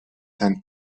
san